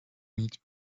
meet